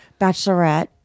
bachelorette